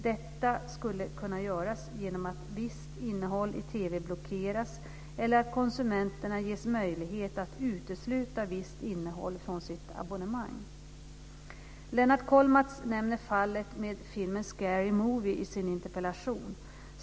Detta skulle kunna göras genom att visst innehåll i TV blockeras eller att konsumenterna ges möjlighet att utesluta visst innehåll från sitt abonnemang. Lennart Kollmats nämner fallet med filmen Scary Movie i sin interpellation.